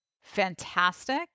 fantastic